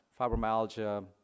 fibromyalgia